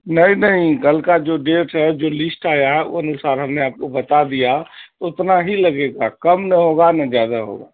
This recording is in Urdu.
نہیں نہیں کل کا جو ڈیٹ ہے جو لسٹ آیا ہے وہ انوسار ہم نے آپ کو بتا دیا اتنا ہی لگے گا کم نے ہوگا نہ زیادہ ہوگا